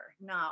No